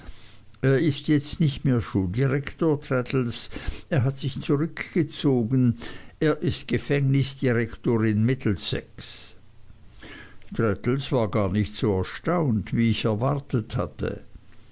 er ist jetzt nicht mehr schuldirektor traddles er hat sich zurückgezogen er ist gefängnisdirektor in middlessex traddles war gar nicht so erstaunt wie ich erwartet hatte